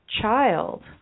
child